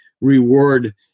reward